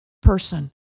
person